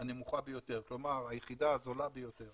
הנמוכה ביותר, כלומר: היחידה הזולה ביותר